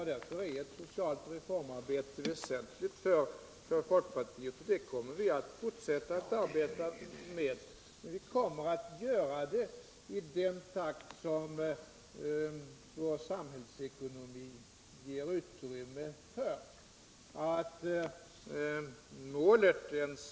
Därför är ett socialt reformarbete väsentligt för folkpartiet, och det kommer vi att fortsätta att arbeta med. Vi kommer att göra det i den takt som vår samhällsekonomi ger utrymme för.